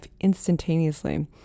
instantaneously